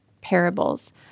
parables